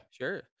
sure